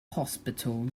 hospital